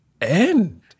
end